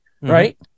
Right